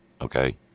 Okay